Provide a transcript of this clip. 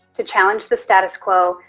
to challenge the status quo,